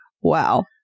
Wow